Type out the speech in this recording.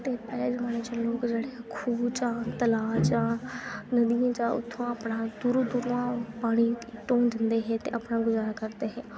ते पैह्लें जमाने च लोक जेह्ड़े खूह् चां तलाऽ चां नदियें चा उत्थुआं अपना दूरू दूरू पानी ढोई लैंदे हे ते अपना गुजारा करदे हे